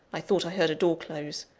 i thought i heard a door close.